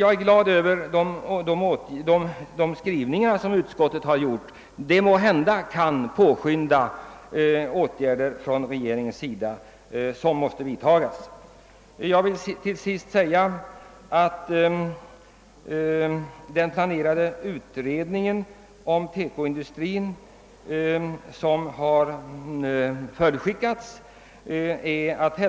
Jag är glad över utskottets skrivning; den kan måhända påskynda de åtgärder som regeringen måste vidta. Den planerade utredningen om Teko-industrin hälsar